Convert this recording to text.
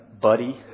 Buddy